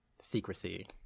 secrecy